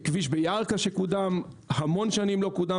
כביש בירכא שקודם אחרי המון שנים לא קודם